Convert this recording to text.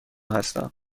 هستم